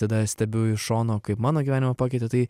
tada stebiu iš šono kaip mano gyvenimą pakeitė tai